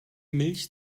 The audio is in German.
milch